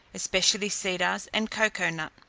especially cedars and cocoa-nut.